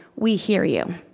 we hear you.